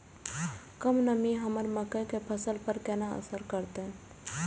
कम नमी हमर मक्का के फसल पर केना असर करतय?